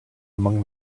among